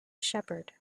shepherd